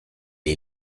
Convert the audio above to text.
est